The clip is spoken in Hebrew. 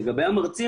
לגבי המרצים,